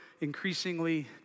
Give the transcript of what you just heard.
increasingly